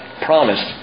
promised